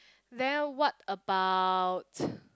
then what about